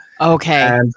Okay